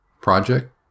project